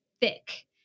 thick